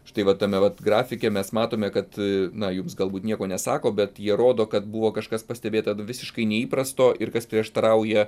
štai va tame vat grafike mes matome kad na jums galbūt nieko nesako bet jie rodo kad buvo kažkas pastebėta visiškai neįprasto ir kas prieštarauja